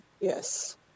Yes